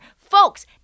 Folks